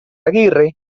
aguirre